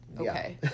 okay